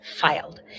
filed